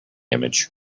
image